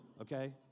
Okay